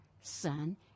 Son